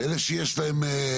ואלה שיש להם,